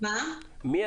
ברמת